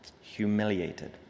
Humiliated